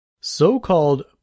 So-called